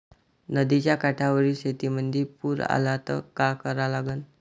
नदीच्या काठावरील शेतीमंदी पूर आला त का करा लागन?